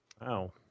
Wow